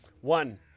One